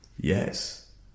Yes